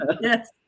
Yes